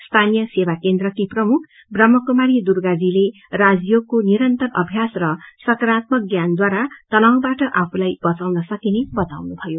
सीनिय सेवा केन्द्रको प्रमुख बम्हाकुमारी दुर्गाजीले राजयोग को निरन्तर अभ्यास र सकारात्मक ज्ञानद्वारा तनावबाट आफूलाई बचाउन सकिने बताउनुभयो